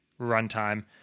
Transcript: runtime